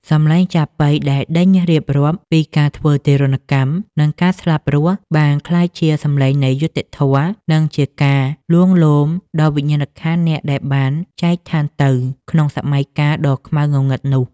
សម្លេងចាប៉ីដែលដេញរៀបរាប់ពីការធ្វើទារុណកម្ម និងការស្លាប់រស់ បានក្លាយជាសម្លេងនៃយុត្តិធម៌ និងជាការលួងលោមដល់វិញ្ញាណក្ខន្ធអ្នកដែលបានចែកឋានទៅក្នុងសម័យកាលដ៏ខ្មៅងងឹតនោះ។